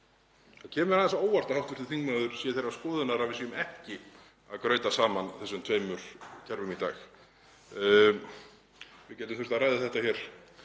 Það kemur mér aðeins á óvart að hv. þingmaður sé þeirrar skoðunar að við séum ekki að grauta saman þessum tveimur kerfum í dag. Við gætum þurft að ræða þetta hér